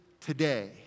today